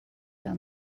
have